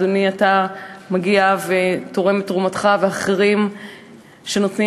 אדוני, אתה מגיע ותורם את תרומתך, ואחרים שנותנים.